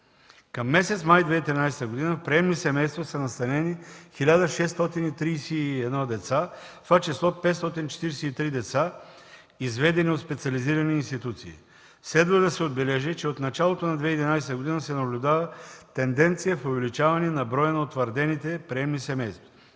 Към месец май 2013 г. в приемни семейства са настанени 1631 деца, в това число 543 деца, изведени от специализирани институции. Следва да се отбележи, че от началото на 2011 г. се наблюдава тенденция в увеличаване на броя на утвърдените приемни семейства.